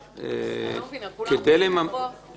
אני לא מבינה --- כדי לממש את